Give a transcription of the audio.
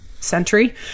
century